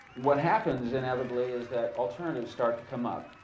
what happens inevitably is that alternatives start to come up,